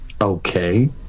Okay